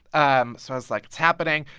um so i was like, it's happening.